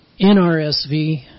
NRSV